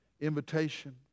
invitation